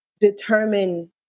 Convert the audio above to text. determine